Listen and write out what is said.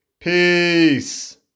Peace